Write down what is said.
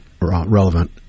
relevant